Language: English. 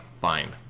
fine